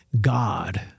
God